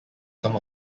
some